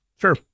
Sure